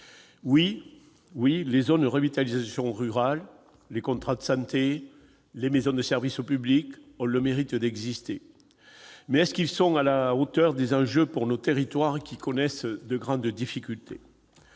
Oui, les zones de revitalisation rurale, les contrats de santé, les maisons de services au public ont le mérite d'exister. Mais sont-ils à la hauteur des enjeux pour nos territoires qui connaissent de grandes difficultés ?